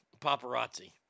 paparazzi